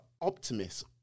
optimist